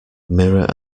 mirror